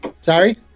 Sorry